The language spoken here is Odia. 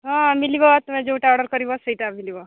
ହଁ ମିଳିବ ତୁମେ ଯୋଉଟା ଅର୍ଡର୍ କରିବ ସେଇଟା ମିଳିବ